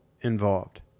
involved